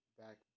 back